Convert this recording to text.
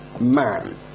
Man